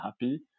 happy